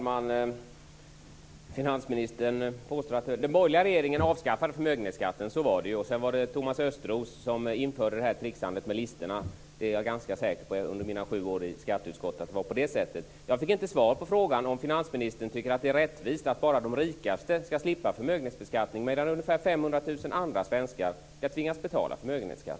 Herr talman! Den borgerliga regeringen avskaffade förmögenhetsskatten, och det var Thomas Östros som sedan införde tricksandet med listorna. Jag är efter mina sju år i skatteutskottet ganska säker på att det är på det sättet. Jag fick inte svar på frågan om finansministern tycker att det är rättvist att bara de rikaste skall slippa förmögenhetsbeskattningen medan ungefär 500 000 andra svenskar skall tvingas betala förmögenhetsskatt.